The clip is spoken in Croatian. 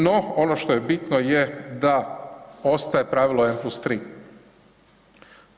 No, ono što je bitno je da ostaje pravilo n+3.